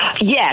Yes